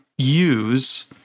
use